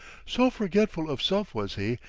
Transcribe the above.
so forgetful of self was he,